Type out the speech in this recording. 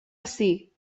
ací